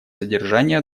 содержание